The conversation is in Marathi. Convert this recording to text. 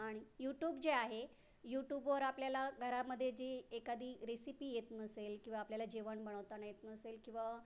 आणि युट्यूब जे आहे युट्यूबवर आपल्याला घरामध्ये जी एखादी रेसिपी येत नसेल किंवा आपल्याला जेवण बनवताना येत नसेल किंवा